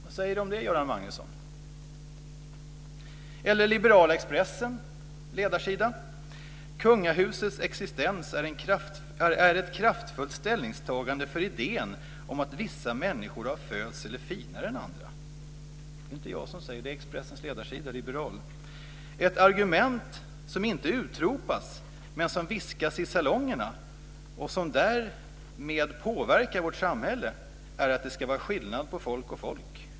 Vad säger Göran Magnusson om det? Liberala Expressen skriver på sin ledarsida: Kungahusets existens är ett kraftfullt ställningstagande för idén om att vissa människor av födsel är finare än andra. Det är inte jag som säger det, utan det är Expressens ledarsida, liberal. Där sägs också: Ett argument som inte utropas, men som viskas i salongerna och som därmed påverkar vårt samhälle, är att det ska vara skillnad på folk och folk.